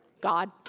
God